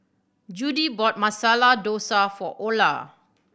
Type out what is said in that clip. Judie bought Masala Dosa for Ola